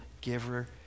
giver